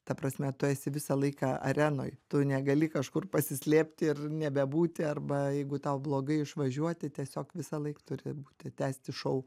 ta prasme tu esi visą laiką arenoj tu negali kažkur pasislėpti ir nebebūti arba jeigu tau blogai išvažiuoti tiesiog visąlaik turi būti tęsti šou